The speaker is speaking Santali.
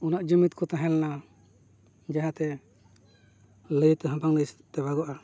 ᱩᱱᱟᱹᱜ ᱡᱩᱢᱤᱫ ᱠᱚ ᱛᱟᱦᱮᱸᱞᱮᱱᱟ ᱡᱟᱦᱟᱸᱛᱮ ᱞᱟᱹᱭ ᱛᱮᱦᱚᱸ ᱵᱟᱝ ᱞᱟᱹᱭ ᱛᱮᱵᱟᱜᱚᱜᱼᱟ